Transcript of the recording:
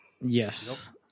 Yes